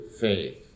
faith